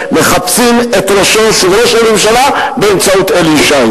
מחפשים את ראשו של ראש הממשלה באמצעות אלי ישי.